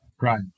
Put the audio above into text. Right